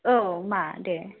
औ मा दे